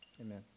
Amen